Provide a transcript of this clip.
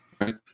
right